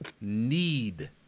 need